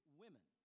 women